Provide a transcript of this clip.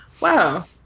wow